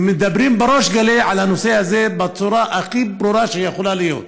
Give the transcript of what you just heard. ומדברים בריש גלי על הנושא הזה בצורה הכי ברורה שיכולה להיות,